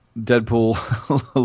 Deadpool